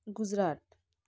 Gujarat